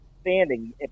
standing